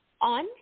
on